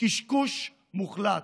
קשקוש מוחלט.